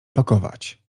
pakować